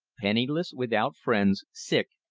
penniless, without friends, sick,